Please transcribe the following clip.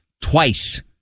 twice